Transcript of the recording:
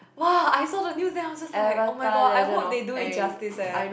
!whoa! I also don't use then I was just was like oh my god I hope they do it justice eh